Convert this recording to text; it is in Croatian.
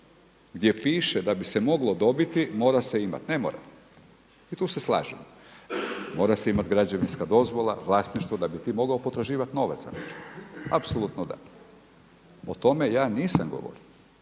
gdje piše da bi se moglo dobiti mora se imati. Ne mora. I tu se slažem. Mora se imati građevinska dozvola, vlasništvo da bi ti mogao potraživati novac za nešto. Apsolutno da. O tome ja nisam govorio,